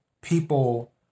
people